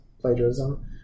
plagiarism